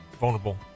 vulnerable